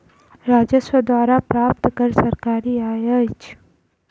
राजस्व द्वारा प्राप्त कर सरकारी आय अछि